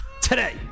Today